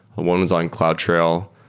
one was on cloudtrail,